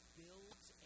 builds